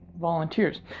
volunteers